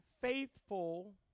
faithful